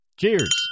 Cheers